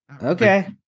Okay